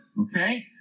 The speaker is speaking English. okay